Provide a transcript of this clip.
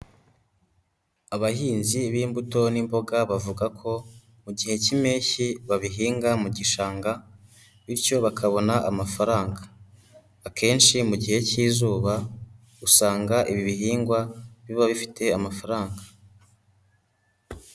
Abahinzi b'imbuto n'imboga bavuga ko mu gihe k'impeshyi babihinga mu gishanga bityo bakabona amafaranga. Akenshi mu gihe k'izuba usanga ibi bihingwa biba bifite amafaranga.